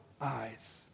eyes